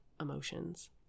emotions